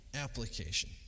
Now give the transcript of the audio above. application